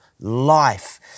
life